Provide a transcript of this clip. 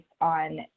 on